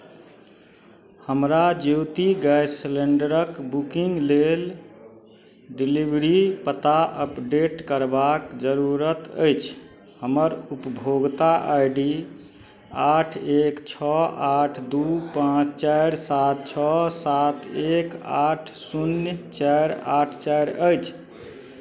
हमरा ज्यौती गैस सिलेण्डरक बुकिंग लेल डिलीवरी पता अपडेट करबाक जरूरत अछि हमर उपभोगता आई डी आठ एक छओ आठ दू पाँच चारि सात छओ सात एक आठ शून्य चारि आठ चारि अछि